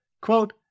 Quote